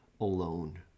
alone